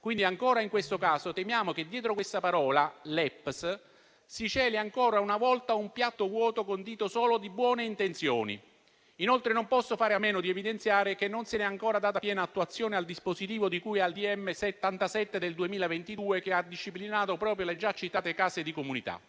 finanziati, quindi temiamo che dietro l'acronimo LEPS si celi ancora una volta un piatto vuoto condito solo di buone intenzioni. Inoltre, non posso fare a meno di evidenziare che non si è ancora data piena attuazione al dispositivo di cui al decreto ministeriale n. 77 del 2022, che ha disciplinato proprio le già citate case di comunità,